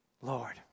Lord